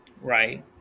Right